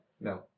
No